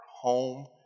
home